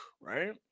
right